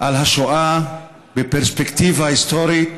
על השואה בפרספקטיבה היסטורית,